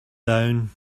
down